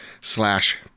slash